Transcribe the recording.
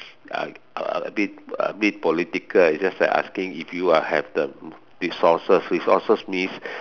a a bit a bit political is just like asking if you are have the resources resources means